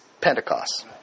Pentecost